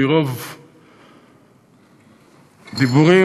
מרוב דיבורים,